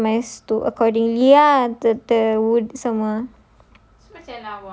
dia orang customise to accordingly ya the the wood semua